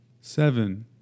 Seven